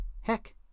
Heck